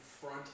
front